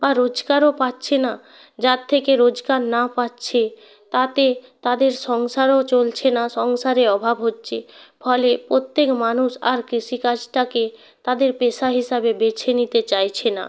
বা রোজগারও পাচ্ছে না যার থেকে রোজগার না পাচ্ছে তাতে তাদের সংসারও চলছে না সংসারে অভাব হচ্ছে ফলে প্রত্যেক মানুষ আর কৃষিকাজটাকে তাদের পেশা হিসাবে বেছে নিতে চাইছে না